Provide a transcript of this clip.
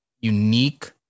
unique